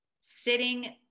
sitting